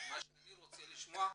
שאני רוצה לשמוע,